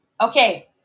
Okay